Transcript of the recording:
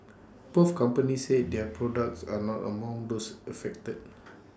both companies said their products are not among those affected